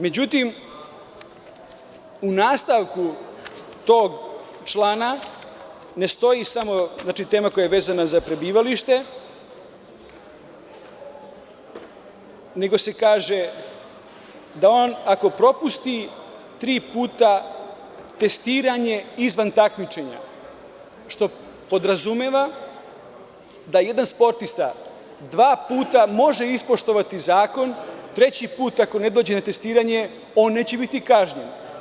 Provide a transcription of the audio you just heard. Međutim, u nastavku tog člana ne stoji samo tema koja je vezana za prebivalište, nego se kaže da on, ako propusti tri puta testiranje izvan takmičenja, što podrazumeva da jedan sportista dva puta može ispoštovani zakon, treći put ako ne dođe na testiranje on neće biti kažnjen.